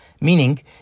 meaning